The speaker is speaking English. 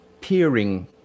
peering